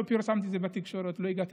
לא פרסמתי את זה בתקשורת ולא הגעתי